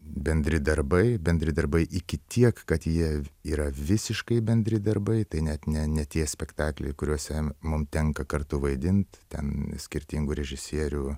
bendri darbai bendri darbai iki tiek kad jie yra visiškai bendri darbai tai net ne ne tie spektakliai kuriuose mum tenka kartu vaidint ten skirtingų režisierių